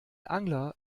angler